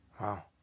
Wow